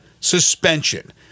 suspension